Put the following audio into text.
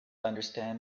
understand